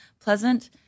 pleasant